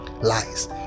lies